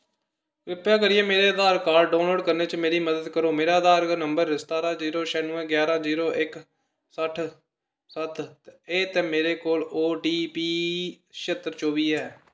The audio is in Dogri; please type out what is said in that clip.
कृपा करियै मेरे आधार कार्ड डाउनलोड करने च मेरी मदद करो मेरा आधार नंबर सतारां जीरो छेआनुऐं जारां जीरो इक सट्ठ सत्त ऐ ते मेरे कोल ओ टी पी छिहत्तर चौबी ऐ